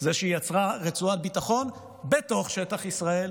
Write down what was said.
זה שהיא יצרה רצועת ביטחון בתוך שטח ישראל